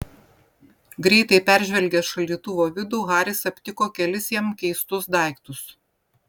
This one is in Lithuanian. greitai peržvelgęs šaldytuvo vidų haris aptiko kelis jam keistus daiktus